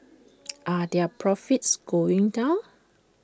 are their profits going down